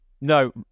No